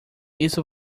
isso